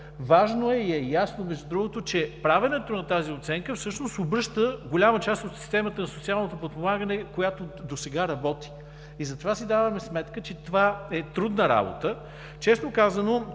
Важно е и е ясно между другото, че правенето на тази оценка всъщност обръща голяма част от системата за социалното подпомагане, която досега работи. И затова си даваме сметка, че това е трудна работа. Честно казано,